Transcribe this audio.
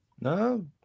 No